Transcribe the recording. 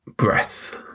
breath